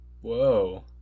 Whoa